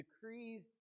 decrees